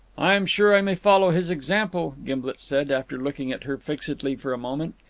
i am sure i may follow his example, gimblet said, after looking at her fixedly for a moment.